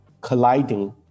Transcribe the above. colliding